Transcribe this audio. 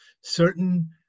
certain